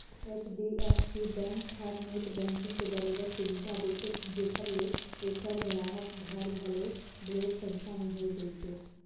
HDFC bank हर net banking के बरोबर सुबिधा देथे जेखर ले ऐखर गराहक हर घलो ढेरेच संख्या में होए गइसे